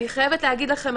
אני חייבת להגיד לכם,